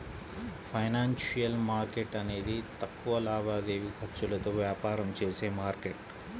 financial market అనేది తక్కువ లావాదేవీ ఖర్చులతో వ్యాపారం చేసే మార్కెట్